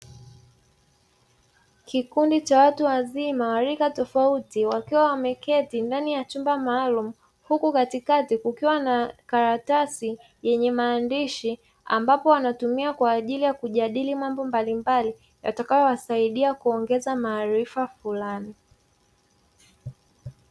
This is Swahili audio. Kikundi cha watu wazima rika tofauti wakiwa wameketi ndani ya chumba maalumu, huku katikati kukiwa na karatasi yenye maandishi ambapo wanatumia kwaajili ya kujadili mambo mbalimbali yatakayowasaidia kuongeza maarifa fulani.